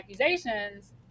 accusations